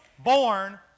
Born